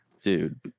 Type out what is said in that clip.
dude